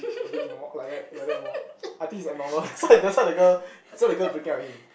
a a bit more like that like that more I think it's abnormal that's why that's why the girl that's why the girl breaking up with him